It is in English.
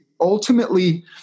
ultimately